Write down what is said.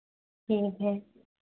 ठीक है